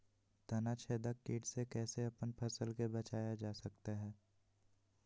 तनाछेदक किट से कैसे अपन फसल के बचाया जा सकता हैं?